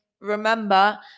Remember